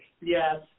Yes